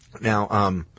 Now